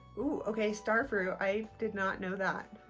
okay star fruit, i did not know that.